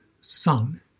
sun